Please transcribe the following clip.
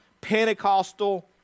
Pentecostal